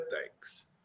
Thanks